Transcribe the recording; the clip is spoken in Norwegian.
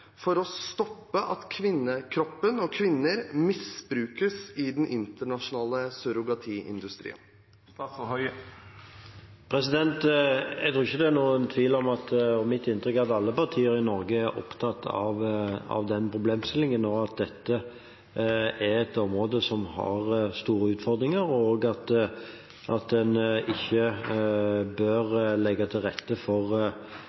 for å stoppe at kvinnekroppen og kvinner misbrukes i den internasjonale surrogatiindustrien. Jeg tror ikke det er noen tvil om – og mitt inntrykk er – at alle partier i Norge er opptatt av den problemstillingen, at dette er et område som har store utfordringer, og at en ikke bør legge til rette for